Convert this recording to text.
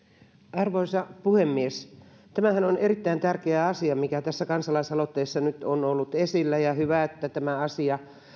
arvoisa puhemies tämähän on erittäin tärkeä asia mikä tässä kansalaisaloitteessa nyt on ollut esillä ja hyvä että tämä asia